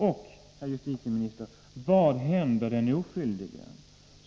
Och, herr justitieminister, vad händer den